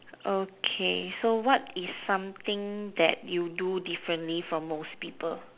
okay so what is something that you do differently from most people